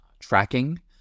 tracking